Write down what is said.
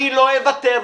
לא אוותר,